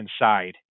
inside